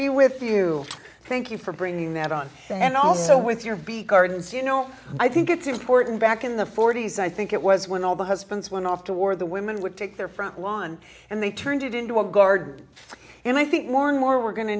you thank you for bringing that on and also with your big gardens you know i think it's important back in the forty's i think it was when all the husbands went off to war the women would take their front lawn and they turned it into a guard and i think more and more we're go